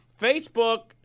Facebook